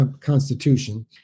constitution